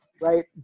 right